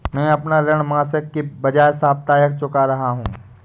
मैं अपना ऋण मासिक के बजाय साप्ताहिक चुका रहा हूँ